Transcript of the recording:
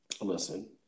listen